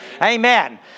Amen